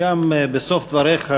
בסוף דבריך,